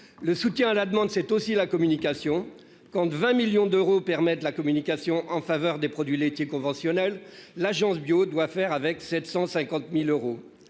le soutien à la demande. C'est aussi la communication quand de 20 millions d'euros permettent la communication en faveur des produits laitiers conventionnelle. L'Agence Bio doit faire avec 750.000 euros.